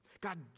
God